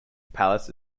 palace